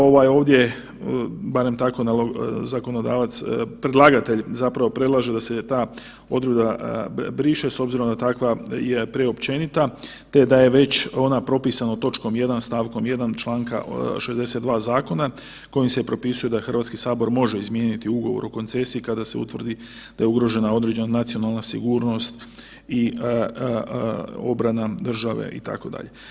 Ovdje, barem tako zakonodavac, predlagatelj zapravo predlaže da se ta odredba briše s obzirom da takva je preopćenita te da je već ona propisana točkom 1. st. 1. čl. 62. zakona kojim se propisuje da Hrvatski sabor može izmijeniti ugovor o koncesiji kada se utvrdi da je ugrožena određena nacionalna sigurnost i obrana države, itd.